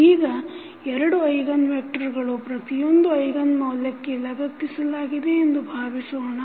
ಈಗ ಎರಡು ಐಗನ್ ವೆಕ್ಟರಗಳು ಪ್ರತಿಯೊಂದು ಐಗನ್ ಮೌಲ್ಯಕ್ಕೆ ಲಗತ್ತಿಸಲಾಗಿದೆ ಎಂದು ಭಾವಿಸೋಣ